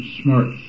smart